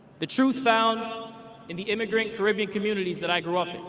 the truth found in the immigrant caribbean communities that i grew up in.